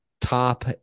top